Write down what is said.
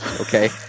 okay